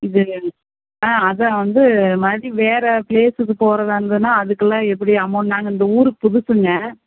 இது அதை வந்து இது மாதிரி வேறு பிளேஸ்க்கு போகறதா இருந்துதுன்னா அதுக்குலாம் எப்படி அமௌன்ட் நாங்கள் இந்த ஊருக்கு புதுசுங்க